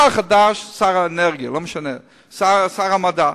שר חדש, שר האנרגיה או שר המדע.